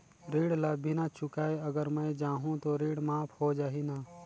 ऋण ला बिना चुकाय अगर मै जाहूं तो ऋण माफ हो जाही न?